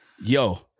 Yo